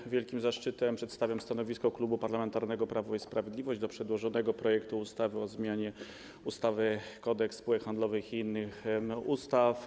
Mam wielki zaszczyt przedstawić stanowisko Klubu Parlamentarnego Prawo i Sprawiedliwość odnośnie do przedłożonego projektu ustawy o zmianie ustawy Kodeks spółek handlowych i innych ustaw.